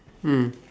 mm